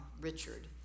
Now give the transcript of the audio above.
Richard